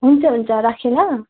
हुन्छ हुन्छ राखेँ ल